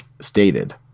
stated